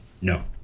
no